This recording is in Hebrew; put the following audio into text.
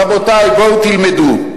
רבותי, בואו תלמדו.